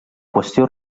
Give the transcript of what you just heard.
qüestió